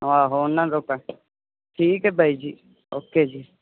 ਠੀਕ ਹੈ ਬਾਈ ਜੀ ਓਕੇ ਜੀ